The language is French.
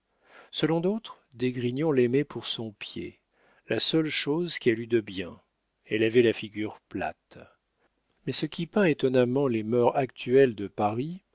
selon d'autres d'esgrignon l'aimait pour son pied la seule chose qu'elle eût de bien elle avait la figure plate mais ce qui peint étonnamment les mœurs actuelles de paris